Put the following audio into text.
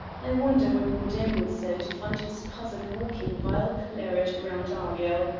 i wonder what modene would say to find his cousin hawking vile claret round argyll.